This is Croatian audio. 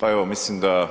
Pa evo, mislim da